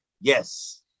Yes